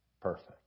perfect